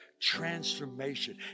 transformation